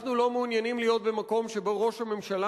אנחנו לא מעוניינים להיות במקום שבו ראש הממשלה